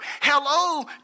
Hello